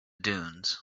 dunes